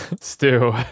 Stew